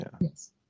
Yes